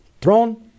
throne